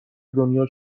دنیا